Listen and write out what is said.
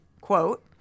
quote